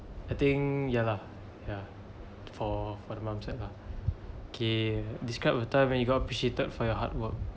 I think ya lah ya for for the mom chat lah okay describe a time when you got appreciated for your hard work